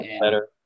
Better